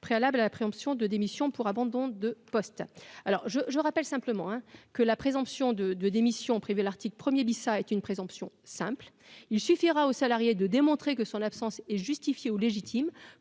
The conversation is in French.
préalable à la présomption de démission pour abandon de poste, alors je je rappelle simplement, hein, que la présomption de de démission, l'article 1er Lisa est une présomption simple : il suffira aux salariés de démontrer que son absence est justifié ou légitime